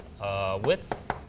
width